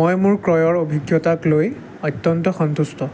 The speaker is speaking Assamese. মই মোৰ ক্ৰয়ৰ অভিজ্ঞতাক লৈ অত্যন্ত সন্তুষ্ট